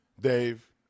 Dave